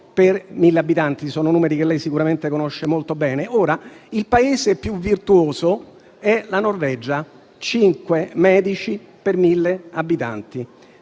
per 1.000 abitanti. Sono numeri che lei sicuramente conosce molto bene. Il Paese più virtuoso è la Norvegia, che ha cinque medici per 1.000 abitanti.